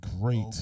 great